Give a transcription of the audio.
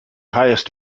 highest